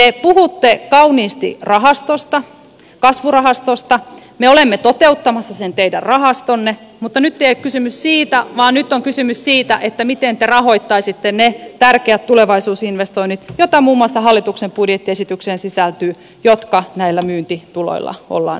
te puhutte kauniisti rahastosta kasvurahastosta me olemme toteuttamassa sen teidän rahastonne mutta nyt ei ole kysymys siitä vaan nyt on kysymys siitä miten te rahoittaisitte ne tärkeät tulevaisuusinvestoinnit joita muun muassa hallituksen budjettiesitykseen sisältyy ja jotka näillä myyntituloilla ollaan rahoittamassa